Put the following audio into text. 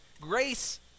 grace